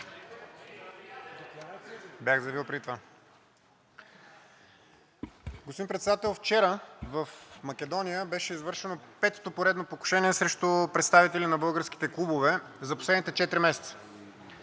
Бях го заявил преди това. Господин Председател, вчера в Македония беше извършено петото поредно покушение срещу представители на българските клубове за последните четири месеца.